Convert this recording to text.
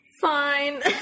Fine